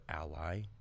ally